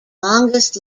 longest